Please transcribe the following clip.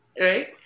right